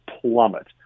plummet